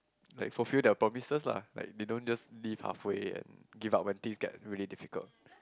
like fulfill their promises lah like they don't just leave halfway and give up when things get really difficult